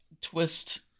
twist